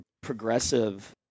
progressive